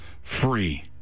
free